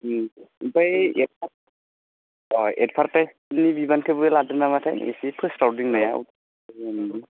उम ओमफाय एडभार्टाइस बिनि बिबानखौबो लादोनामाथाय एसे फोस्राव दोननायाव ओं